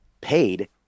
paid